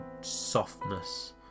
softness